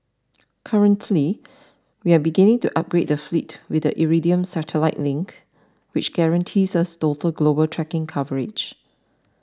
currently we are beginning to upgrade the fleet with the Iridium satellite link which guarantees us total global tracking coverage